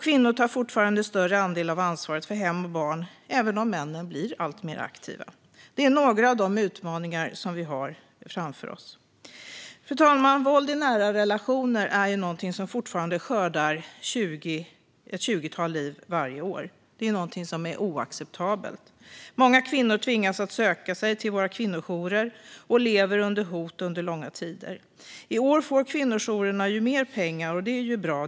Kvinnor tar också fortfarande en större del av ansvaret för hem och barn, även om männen blir alltmer aktiva. Detta är några av de utmaningar som vi har framför oss. Fru talman! Våld i nära relationer är någonting som fortfarande skördar ett tjugotal liv varje år. Det är oacceptabelt. Många kvinnor tvingas söka sig till våra kvinnojourer, och de lever under hot under långa tider. I år får kvinnojourerna mer pengar, vilket är bra.